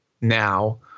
now